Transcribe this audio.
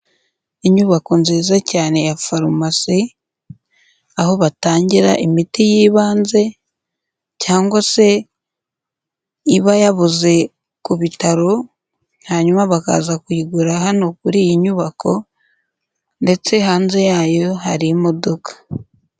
Inyubako nziza cyane ya farumasi, aho batangira imiti y'ibanze cyangwa se iba yabuze ku bitaro, hanyuma bakaza kuyigura hano kuri iyi nyubako ndetse hanze yayo hari imodoka.